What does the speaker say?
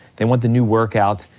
they want the new workout,